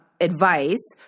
advice